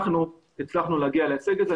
אנחנו הצלחנו להגיע להישג הזה.